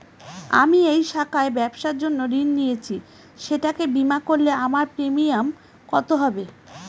আমি এই শাখায় ব্যবসার জন্য ঋণ নিয়েছি সেটাকে বিমা করলে আমার প্রিমিয়াম কত হবে?